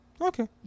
Okay